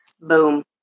Boom